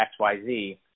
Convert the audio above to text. XYZ